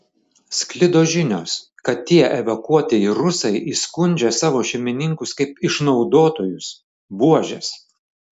sklido žinios kad tie evakuotieji rusai įskundžia savo šeimininkus kaip išnaudotojus buožes